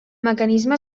mecanisme